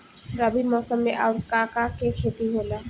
रबी मौसम में आऊर का का के खेती होला?